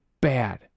bad